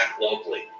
locally